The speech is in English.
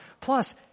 Plus